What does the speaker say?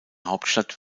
hauptstadt